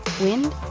Wind